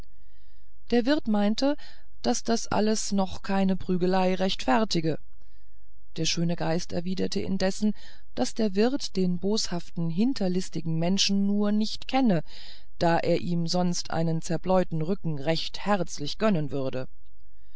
der wirt meinte daß das alles noch keine prügelei rechtfertige der schöne geist erwiderte indessen daß der wirt den boshaften hinterlistigen menschen nur nicht kenne da er ihm sonst einen zerbläuten rücken recht herzlich gönnen würde